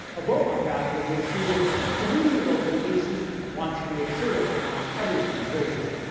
a beaumont doctor who has treated three local cases wants to make sure it's on everyone's radar.